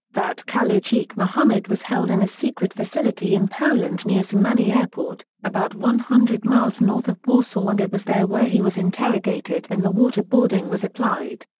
that khalid sheikh mohammed was held in a secret facility in poland near szymany airport, about one hundred miles north of warsaw and it was there where he was interrogated and the waterboarding was applied.